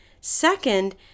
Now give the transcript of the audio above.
Second